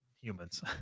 humans